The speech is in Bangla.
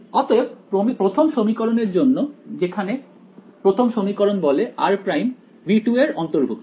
অতএব প্রথম সমীকরণের জন্য যেখানে প্রথম সমীকরণ বলে r′ ∈ V2